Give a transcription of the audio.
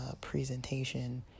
presentation